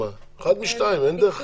אחת משתיים, אין דרך אחרת.